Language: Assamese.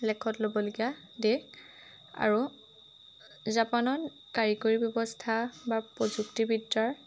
লেখত ল'বলগীয়া দেশ আৰু জাপানত কাৰিকৰী ব্যৱস্থা বা প্ৰযুক্তিবিদ্যাৰ